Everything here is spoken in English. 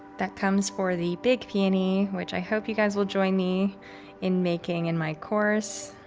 that comes for the big peony which i hope you guys will join me in making in my course.